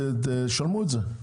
יש יוקר מחייה היום, אז תשלמו את זה.